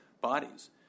bodies